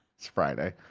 it's friday.